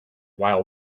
while